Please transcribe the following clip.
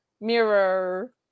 Mirror